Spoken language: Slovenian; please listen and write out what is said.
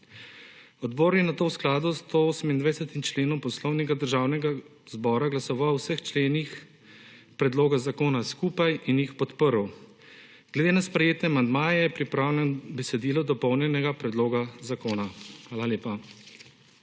Odbor je nato v skladu s 128. členom Poslovnika Državnega zbora glasoval o vseh členih predloga zakona skupaj in jih podprl. Glede na sprejete amandmaje je pripravljeno besedilo dopolnjenega predloga zakona. Hvala lepa.